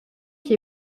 qui